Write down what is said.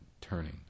turning